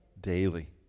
Daily